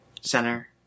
Center